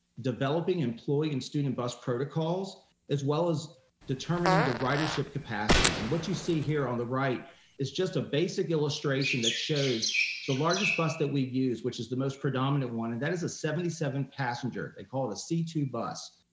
developing employee and student bus protocols as well as determining the determining the ridership capacity. and what you see here on the right is just a basic illustration that shows the largest bus that we use which is the most predominant one and that is a seventy seven passenger, they call it a c two bus,